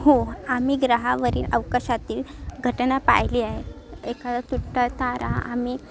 हो आम्ही ग्रहावरील अवकाशातील घटना पाहिली आहे एखादा तुटता तारा आम्ही